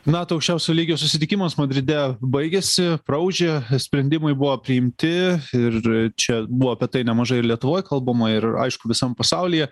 nato aukščiausio lygio susitikimas madride baigėsi praūžė sprendimai buvo priimti ir čia buvo apie tai nemažai ir lietuvoj kalbama ir aišku visam pasaulyje